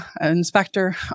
inspector